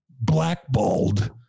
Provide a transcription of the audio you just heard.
blackballed